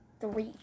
three